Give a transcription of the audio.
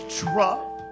drop